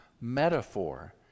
metaphor